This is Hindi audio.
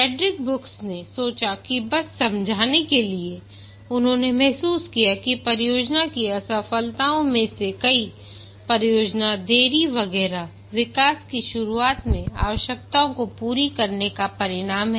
फ्रेडरिक ब्रूक्स ने सोचा कि बस समझाने के लिए उन्होंने महसूस किया कि परियोजना की असफलताओं में से कई परियोजना देरी वगैरह विकास की शुरुआत में आवश्यकताओं को पूरा करने का परिणाम है